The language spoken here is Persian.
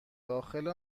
داخل